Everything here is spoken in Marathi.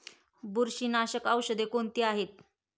बुरशीनाशक औषधे कोणती आहेत?